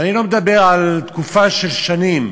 ואני לא מדבר על תקופה של שנים.